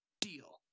Deal